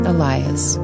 Elias